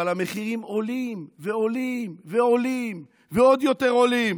אבל המחירים עולים ועולים ועוד יותר עולים.